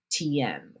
tm